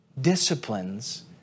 disciplines